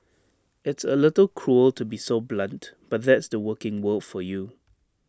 it's A little cruel to be so blunt but that's the working world for you